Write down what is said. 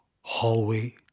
Hallway